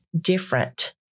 different